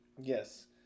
Yes